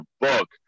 book